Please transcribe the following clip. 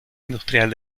industrial